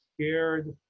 scared